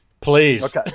please